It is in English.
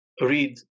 read